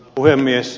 puhemies